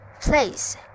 place